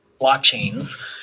blockchains